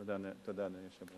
תודה, אדוני היושב-ראש.